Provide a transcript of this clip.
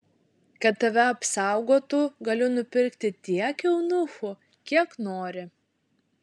kad tave apsaugotų galiu nupirki tiek eunuchų kiek nori